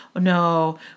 No